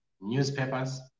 newspapers